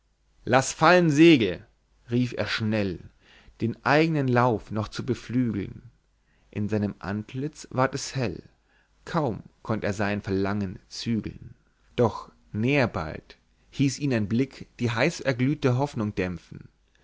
laß fallen segel rief er schnell den eignen lauf noch zu beflügeln in seinem antlitz ward es hell kaum konnt er sein verlangen zügeln doch näher bald hieß ihn ein blick die heiß erglühte hoffnung dämpfen